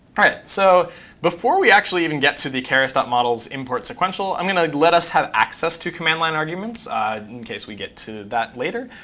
right. so before we actually even get to the keras model's import sequential, i'm going to let us have access to command line arguments in case we get to that later.